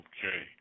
Okay